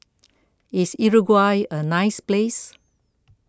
is Uruguay a nice place